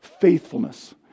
faithfulness